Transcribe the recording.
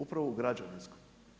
Upravo u građevinskom.